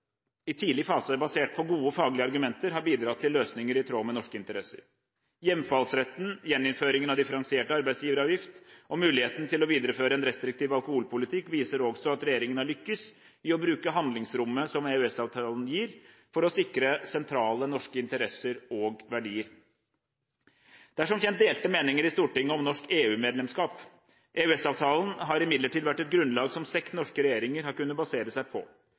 i tidlig fase basert på gode faglige argumenter har bidratt til løsninger i tråd med norske interesser. Hjemfallsretten, gjeninnføringen av differensiert arbeidsgiveravgift og muligheten til å videreføre en restriktiv alkoholpolitikk viser også at regjeringen har lyktes i å bruke handlingsrommet som EØS-avtalen gir, for å sikre sentrale norske interesser og verdier. Det er som kjent delte meninger i Stortinget om norsk EU-medlemskap. EØS-avtalen har imidlertid vært et grunnlag som seks norske regjeringer har kunnet basere seg på.